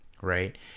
Right